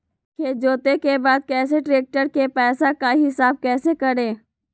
खेत जोते के बाद कैसे ट्रैक्टर के पैसा का हिसाब कैसे करें?